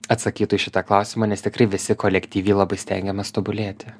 atsakytų į šitą klausimą nes tikrai visi kolektyviai labai stengiamės tobulėti